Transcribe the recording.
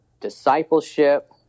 discipleship